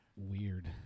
weird